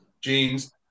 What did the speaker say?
jeans